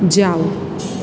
જાવ